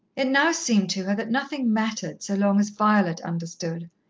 it now seemed to her that nothing mattered so long as violet understood,